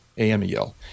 A-M-E-L